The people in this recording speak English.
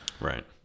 Right